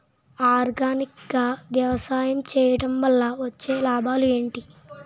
Organic గా వ్యవసాయం చేయడం వల్ల లాభాలు ఏంటి?